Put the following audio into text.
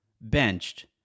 benched